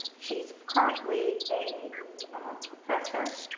she's currently a professor,